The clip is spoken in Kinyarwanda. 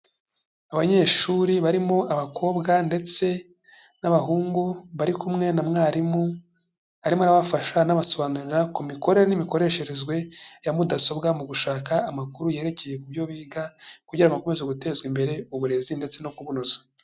Abanyeshuri barimo abakobwa ndetse n'abahungu bari kumwe na mwarimu, arimo arabafasha anabasobanurira ku mikorere n'imikoresherezwe ya mudasobwa mu gushaka amakuru yerekeye ku byo biga, kugira ngo bakomeze gutezwa imbere mu burezi ndetse no kubunoza.